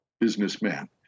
Businessman